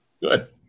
Good